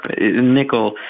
Nickel